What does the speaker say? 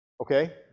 Okay